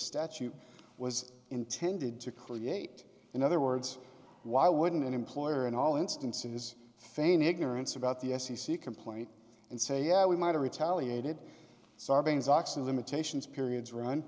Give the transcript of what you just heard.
statute was intended to create in other words why wouldn't an employer in all instances feign ignorance about the f c c complaint and say yeah we might have retaliated sarbanes oxley limitations periods run